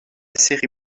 série